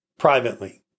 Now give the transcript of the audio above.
Privately